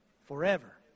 forever